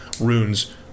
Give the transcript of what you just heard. runes